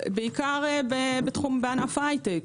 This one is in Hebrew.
בעיקר בענף ההייטק.